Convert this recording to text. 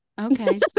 Okay